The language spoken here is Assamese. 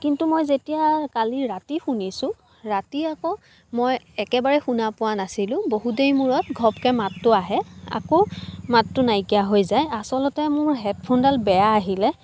কিন্তু মই যেতিয়া কালি ৰাতি শুনিছোঁ ৰাতি আকৌ মই একেবাৰে শুনা পোৱা নাছিলোঁ বহুত দেৰি মূৰত ঘপ্কেৈ মাতটো আহে আকৌ মাতটো নাইকিয়া হৈ যায় আচলতে মোৰ হেডফোনডাল বেয়া আহিলে